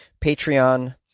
Patreon